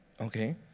Okay